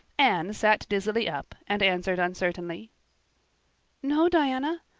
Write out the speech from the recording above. anne sat dizzily up and answered uncertainly no, diana,